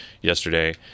yesterday